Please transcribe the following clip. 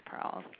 Pearls